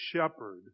shepherd